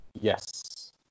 Yes